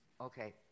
Okay